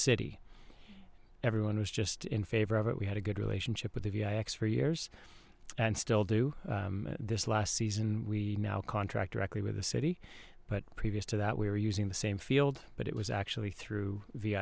city everyone was just in favor of it we had a good relationship with the v i x for years and still do this last season we now contract record with the city but previous to that we were using the same field but it was actually through